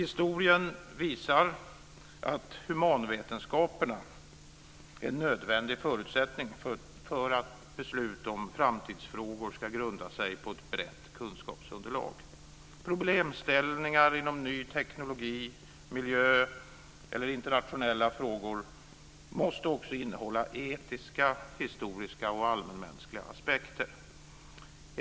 Historien visar att humanvetenskaperna är en nödvändig förutsättning för att beslut om framtidsfrågor ska grunda sig på ett brett kunskapsunderlag. Problemställningar inom ny teknologi, miljö eller internationella frågor måste också innehålla etiska, historiska och allmänmänskliga aspekter.